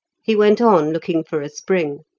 he went on, looking for a spring,